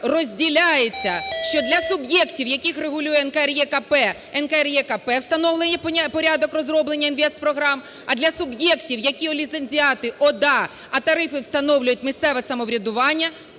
розділяється, що для суб'єктів, яких регулює НКРЕКП, НКРЕКП встановлює порядок розроблення інвестпрограм, а для суб'єктів, які ліцензіати ОДА, а тарифи встановлюють місцеве самоврядування,